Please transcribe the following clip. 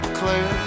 clear